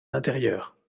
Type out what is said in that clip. l’intérieur